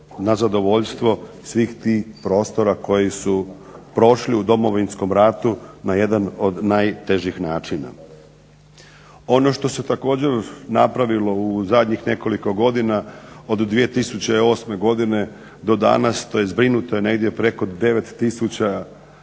na zadovoljstvo svih tih prostora koji su prošli u Domovinskom ratu na jedan od najtežih načina. Ono što se također napravilo u zadnjih nekoliko godina od 2008. godine do danas, to je zbrinuto je negdje preko 9